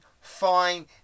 fine